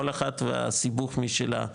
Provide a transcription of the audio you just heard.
כל אחת והסיבוך משלה,